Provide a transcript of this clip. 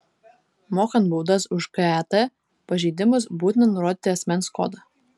mokant baudas už ket pažeidimus būtina nurodyti asmens kodą